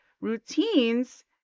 routines